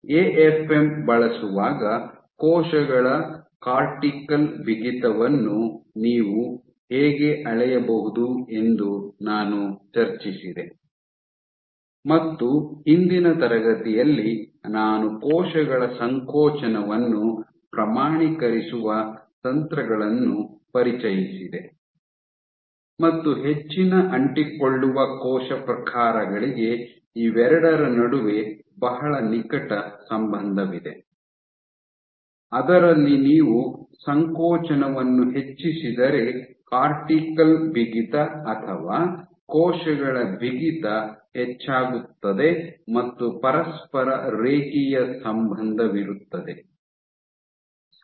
AFM ಬಳಸುವಾಗ ಕೋಶಗಳ cortical ಬಿಗಿತವನ್ನು ನೀವು ಹೇಗೆ ಅಳೆಯಬಹುದು ಎಂದು ನಾನು ಚರ್ಚಿಸಿದೆ ಮತ್ತು ಹಿಂದಿನ ತರಗತಿಯಲ್ಲಿ ನಾನು ಕೋಶಗಳ ಸಂಕೋಚನವನ್ನು ಪ್ರಮಾಣೀಕರಿಸುವ ತಂತ್ರಗಳನ್ನು ಪರಿಚಯಿಸಿದೆ ಮತ್ತು ಹೆಚ್ಚಿನ ಅಂಟಿಕೊಳ್ಳುವ ಕೋಶ ಪ್ರಕಾರಗಳಿಗೆ ಇವೆರಡರ ನಡುವೆ ಬಹಳ ನಿಕಟ ಸಂಬಂಧವಿದೆ ಅದರಲ್ಲಿ ನೀವು ಸಂಕೋಚನವನ್ನು ಹೆಚ್ಚಿಸಿದರೆ ಕಾರ್ಟಿಕಲ್ ಬಿಗಿತ ಅಥವಾ ಕೋಶಗಳ ಬಿಗಿತ ಹೆಚ್ಚಾಗುತ್ತದೆ ಮತ್ತು ಪರಸ್ಪರ ರೇಖೀಯ ಸಂಬಂಧವಿರುತ್ತದೆ